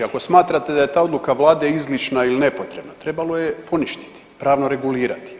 Ako smatrate da je ta odluka Vlade izlišna ili nepotrebna, trebalo je poništiti, pravno regulirati.